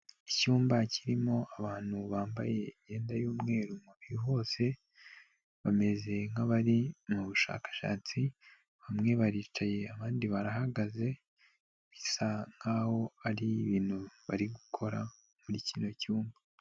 Icyumba kirimo abantu bambaye imyenda y'umweru umubiri hose, bameze nk'abari mu bushakashatsi, bamwe baricaye abandi barahagaze, bisa nkaho ari ibintu bari gukora muri kino cyumba.